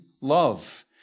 love